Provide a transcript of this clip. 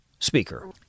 speaker